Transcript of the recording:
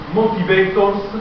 motivators